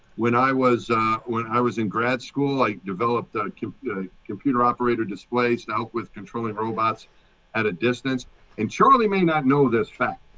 when i was when i was in grad school, i like developed a computer operator display to help with controlling robots at a distance and charlie may not know this fact.